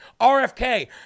RFK